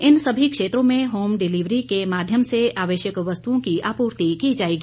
इन सभी क्षेत्रों में होम डिलिवरी के माध्यम से आवश्यक वस्तुओं की आपूर्ति की जाएगी